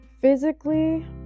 physically